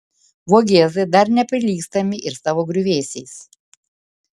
vogėzai dar neprilygstami ir savo griuvėsiais